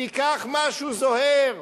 תיקח משהו זוהר,